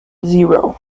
zero